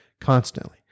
Constantly